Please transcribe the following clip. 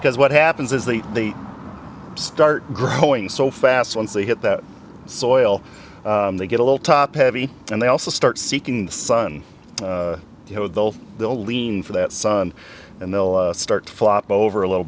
because what happens is they they start growing so fast once they hit that soil they get a little top heavy and they also start seeking the sun you know they'll they'll lean for that sun and they'll start to flop over a little